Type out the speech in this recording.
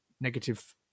negative